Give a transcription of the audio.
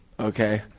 Okay